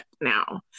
now